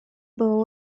было